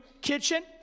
kitchen